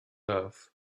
love